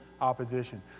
opposition